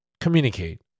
communicate